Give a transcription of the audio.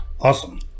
Awesome